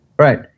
Right